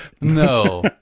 No